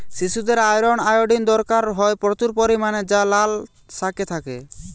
শিশুদের iron, iodine দরকার হয় প্রচুর পরিমাণে যা লাল শাকে থাকে